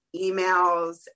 emails